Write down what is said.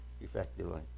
Effectively